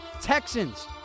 Texans